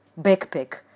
backpack